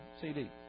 CD